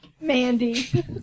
Mandy